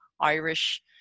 Irish